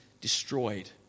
destroyed